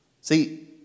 See